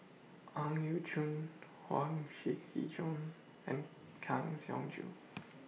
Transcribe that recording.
Ang Yau Choon Huang Shiqi Joan and Kang Siong Joo